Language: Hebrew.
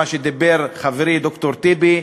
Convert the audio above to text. מה שאמר חברי ד"ר טיבי.